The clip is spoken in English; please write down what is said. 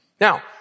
Now